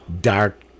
dark